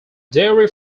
dairy